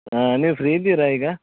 ಹಾಂ ನೀವ್ ಫ್ರೀ ಇದ್ದೀರಾ ಈಗ